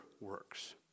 works